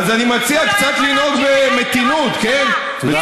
לא, יש